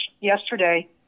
yesterday